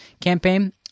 campaign